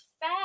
fat